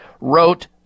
wrote